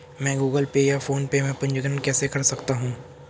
मैं Google Pay या PhonePe में पंजीकरण कैसे कर सकता हूँ?